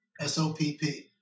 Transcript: S-O-P-P